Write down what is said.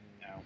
No